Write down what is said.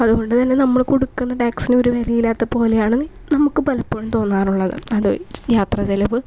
അതുകൊണ്ടു തന്നെ നമ്മൾ കൊടുക്കുന്ന ടാക്സിന് ഒരു വിലയില്ലാതാ പോലെയാണ് ഞങ്ങൾക്ക് പലപ്പോഴും തോന്നാറുള്ളത് അത് യാത്ര ചെലവ്